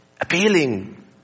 appealing